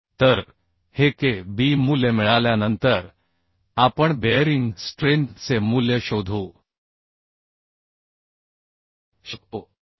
51 बरोबर तर हे K b मूल्य मिळाल्यानंतर आपण बेअरिंग स्ट्रेंथचे मूल्य शोधू शकतो